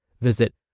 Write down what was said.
Visit